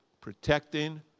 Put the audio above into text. Protecting